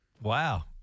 Wow